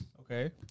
Okay